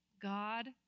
God